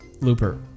Looper